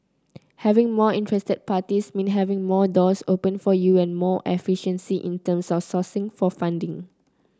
having more interested parties means having more doors open for you and more efficiency in terms of sourcing for funding